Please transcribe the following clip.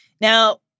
Now